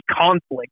conflict